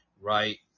right